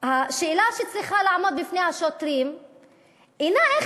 השאלה שצריכה לעמוד בפני השוטרים אינה איך